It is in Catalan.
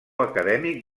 acadèmic